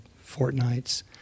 fortnights